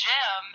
Jim